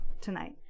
tonight